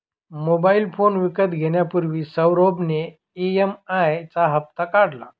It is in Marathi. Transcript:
मोबाइल फोन विकत घेण्यापूर्वी सौरभ ने ई.एम.आई चा हप्ता काढला